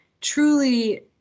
truly